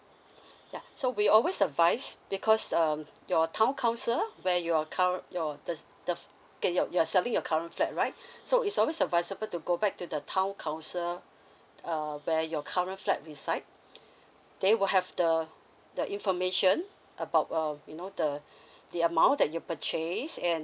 ya so we always advise because um your town council where your cur~ your does the okay your you are selling your current flat right so is always advisable to go back to the town council uh where your current flat reside they will have the the information about um you know the the amount that you purchase and